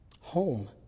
Home